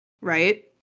right